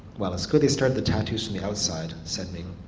well it's good they started the tattoos from the outside said ming.